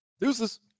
Deuces